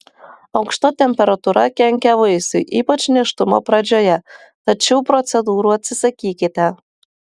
aukšta temperatūra kenkia vaisiui ypač nėštumo pradžioje tad šių procedūrų atsisakykite